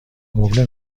مبله